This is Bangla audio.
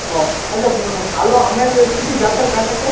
ও আচ্ছা ভালো আমের কী কী জাতের গাছ আছে